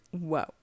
whoa